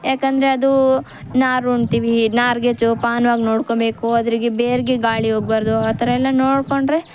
ಯಾಕೆಂದ್ರೆ ಅದೂ ನಾರುಣ್ತಿವಿ ನಾರ್ಗೆ ಜೋಪಾನ್ವಾಗಿ ನೋಡ್ಕೊಳ್ಬೇಕು ಅದ್ರುಗಿ ಬೇರಿಗೆ ಗಾಳಿ ಹೋಗ್ಬಾರ್ದು ಆ ಥರ ಎಲ್ಲ ನೋಡ್ಕೊಂಡ್ರೆ